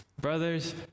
Brothers